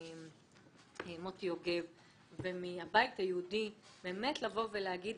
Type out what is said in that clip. מוטי יוגב ומהבית היהודי באמת לבוא ולהגיד,